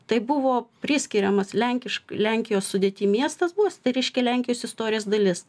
tai buvo priskiriamas lenkišk lenkijos sudėty miestas buvęs tai reiškia lenkijos istorijos dalis